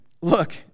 look